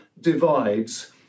divides